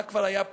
מה כבר היה פה,